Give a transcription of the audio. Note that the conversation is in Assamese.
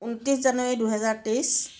ঊনত্ৰিছ জানুৱাৰী দুইহাজাৰ তেইছ